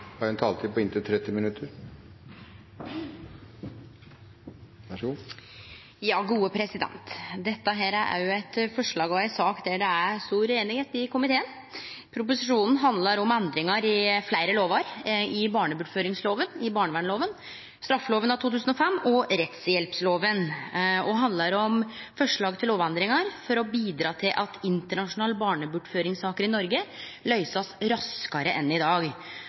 eller en annen dag. Flere har ikke bedt om ordet til sakene nr. 10, 11 og 12. Dette er òg eit forslag og ei sak der det er stor einigheit i komiteen. Proposisjonen handlar om endringar i fleire lovar: i barnebortføringsloven, i barnevernloven, i straffeloven av 2005 og i rettshjelpsloven. Det handlar om forslag til lovendringar for å bidra til at internasjonale barnebortføringssaker i Noreg kan løysast raskare enn i dag,